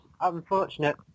unfortunate